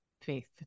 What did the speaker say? faith